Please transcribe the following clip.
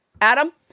Adam